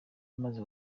bamaze